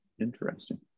interesting